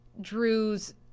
Drew's